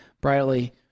brightly